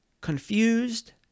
confused